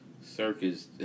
circus